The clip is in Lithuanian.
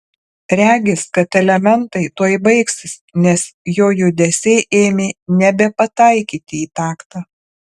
regis kad elementai tuoj baigsis nes jo judesiai ėmė nebepataikyti į taktą